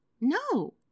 no